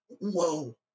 Whoa